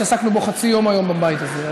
שעסקנו בו חצי יום היום בבית הזה.